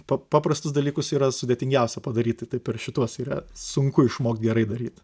pap paprastus dalykus yra sudėtingiausia padaryt tai taip ir šituos yra sunku išmokt gerai daryt